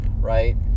right